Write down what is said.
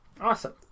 Awesome